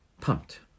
pumped